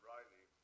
Riley